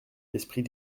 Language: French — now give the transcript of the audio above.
l’esprit